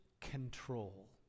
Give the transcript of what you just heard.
control